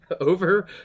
over